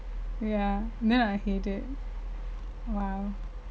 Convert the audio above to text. ya then I hate it !wow!